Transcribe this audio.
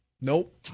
Nope